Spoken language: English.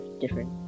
different